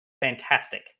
fantastic